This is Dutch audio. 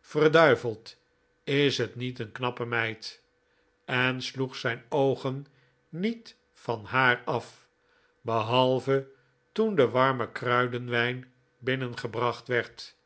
verduiveld is het niet een knappe meid en sloeg zijn oogen niet van haar af behalve toen de warme kruidenwijn binnengebracht werd